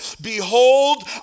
behold